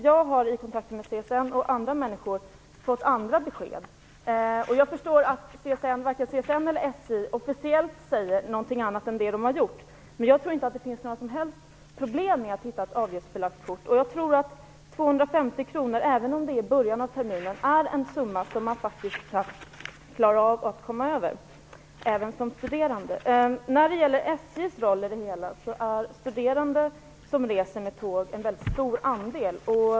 Jag har i kontakter med CSN och andra människor fått andra besked. Jag förstår att varken CSN eller SJ officiellt säger någonting annat än vad de har sagt. Men jag tror inte att det finns några som helst problem med att utforma ett avgiftsbelagt kort. Jag tror att 250 kr, även om det är i början av terminen, är en summa som man även som studerande faktiskt kan klara av att komma över. När det gäller SJ:s roll i det hela är studerande som reser med tåg en väldigt stor andel.